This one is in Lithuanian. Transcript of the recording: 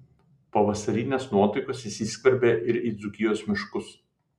pavasarinės nuotaikos įsiskverbė ir į dzūkijos miškus